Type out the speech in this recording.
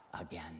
again